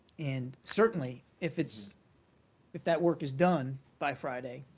and certainly, if it's if that work is done by friday,